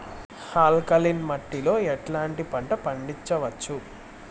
Alkaline మట్టి లో ఎట్లాంటి పంట పండించవచ్చు,?